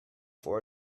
for